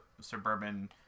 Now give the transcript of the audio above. suburban